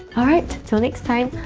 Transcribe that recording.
all right. till next time,